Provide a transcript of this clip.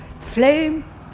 flame